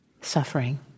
suffering